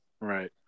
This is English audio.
right